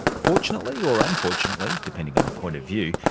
fortunately or unfortunately, depending on your point of view,